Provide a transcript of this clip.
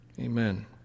Amen